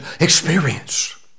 experience